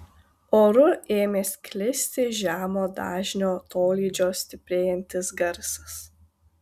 oru ėmė sklisti žemo dažnio tolydžio stiprėjantis garsas